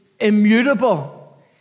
immutable